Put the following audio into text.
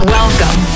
Welcome